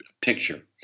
picture